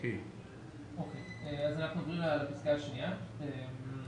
פסקה (2).